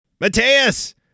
Mateus